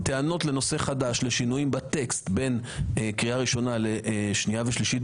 טענות לנושא חדש לשינויים בטקסט בין קריאה ראשונה לשנייה ושלישית,